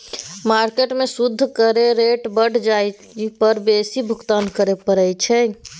market में सूइद केर रेट बढ़ि जाइ पर बेसी भुगतान करइ पड़इ छै